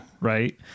right